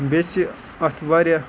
بیٚیہِ چھِ اَتھ واریاہ